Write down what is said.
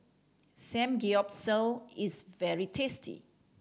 samgyeopsal is very tasty